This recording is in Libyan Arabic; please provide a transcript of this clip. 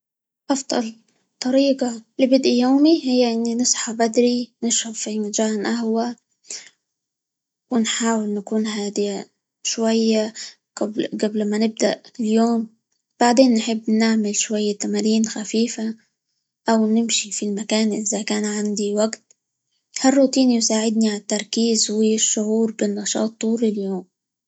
أفضل طريقة لبدء يومي هي إني نصحى بدري نشرب -ف- فنجان قهوة، ونحاول نكون هادية شوية -قبل- قبل ما نبدأ اليوم، بعدين نحب نعمل شوية تمارين خفيفة، أو نمشي في المكان إذا كان عندي وقت، هالروتين يساعدني على التركيز، والشعور بالنشاط طول اليوم.